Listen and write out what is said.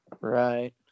Right